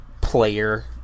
Player